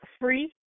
Free